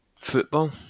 football